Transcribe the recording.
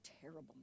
terrible